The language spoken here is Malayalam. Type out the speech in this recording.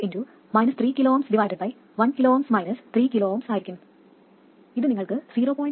1 V 3 kΩ 1 kΩ 3 kΩ ആയിരിക്കും ഇത് നിങ്ങൾക്ക് 0